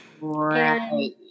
Right